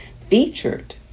Featured